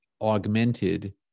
augmented